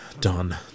done